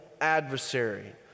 adversary